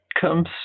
comes